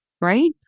right